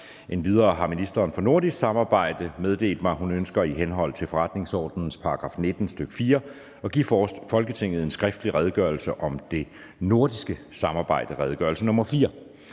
Endvidere har ministeren for nordisk samarbejde (Louise Schack Elholm) meddelt mig, at hun ønsker i henhold til forretningsordenens § 19, stk. 4, at give Folketinget en skriftlig Redegørelse om det nordiske samarbejde 2023. (Redegørelse nr.